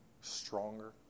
stronger